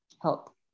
help